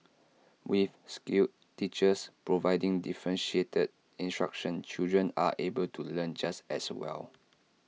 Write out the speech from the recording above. with skilled teachers providing differentiated instruction children are able to learn just as well